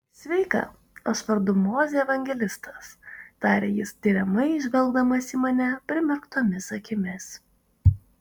sveika aš vardu mozė evangelistas tarė jis tiriamai žvelgdamas į mane primerktomis akimis